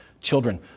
children